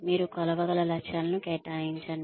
మీరు కొలవగల లక్ష్యాలను కేటాయించండి